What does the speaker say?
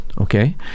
okay